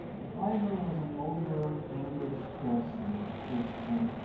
the driver was an older english person, a christian